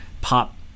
pop